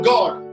God